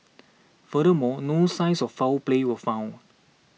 furthermore no signs of foul play were found